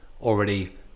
already